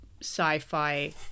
sci-fi